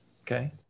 Okay